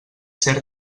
cert